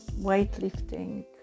weightlifting